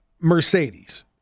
Mercedes